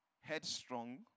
headstrong